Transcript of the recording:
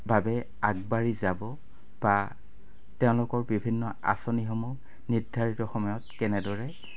বাবে আগবাঢ়ি যাব বা তেওঁলোকৰ বিভিন্ন আঁচনিসমূহ নিৰ্ধাৰিত সময়ত কেনেদৰে